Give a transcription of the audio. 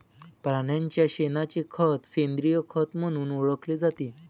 प्राण्यांच्या शेणाचे खत सेंद्रिय खत म्हणून ओळखले जाते